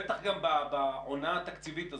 בטח גם בעונה התקציבית הזאת,